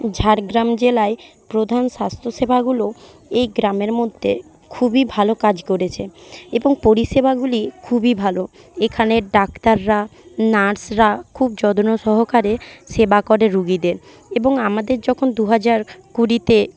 ঝাড়গ্রাম জেলায় প্রধান স্বাস্থ্যসেবাগুলো এই গ্রামের মধ্যে খুবই ভালো কাজ করেছে এবং পরিষেবাগুলি খুবই ভালো এইখানের ডাক্তাররা নার্সরা খুব যত্ন সহকারে সেবা করে রুগীদের এবং আমাদের যখন দুহাজার কুড়িতে